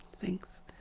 Thanks